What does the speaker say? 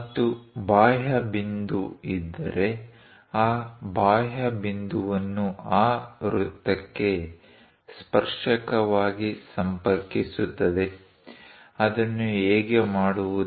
ಮತ್ತು ಬಾಹ್ಯ ಬಿಂದು ಇದ್ದರೆ ಆ ಬಾಹ್ಯ ಬಿಂದುವನ್ನು ಆ ವೃತ್ತಕ್ಕೆ ಸ್ಪರ್ಶಕವಾಗಿ ಸಂಪರ್ಕಿಸುತ್ತದೆ ಅದನ್ನು ಹೇಗೆ ಮಾಡುವುದು